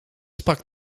sprak